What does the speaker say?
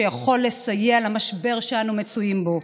שיכול לסייע למשבר שאנו מצויים בו,